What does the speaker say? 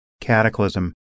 cataclysm